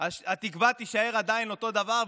שהתקווה תישאר עדיין אותו דבר,